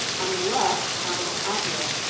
on the left adolphe appia.